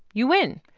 you win,